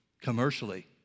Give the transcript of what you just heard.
commercially